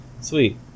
Sweet